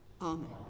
Amen